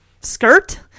skirt